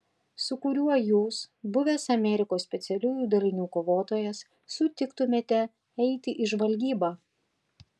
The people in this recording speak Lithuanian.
su kuriuo jūs buvęs amerikos specialiųjų dalinių kovotojas sutiktumėte eiti į žvalgybą